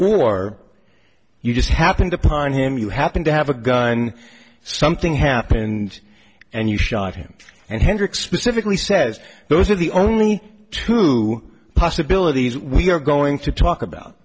or you just happened upon him you happened to have a gun something happened and you shot him and hendricks specifically says those are the only two possibilities we are going to talk about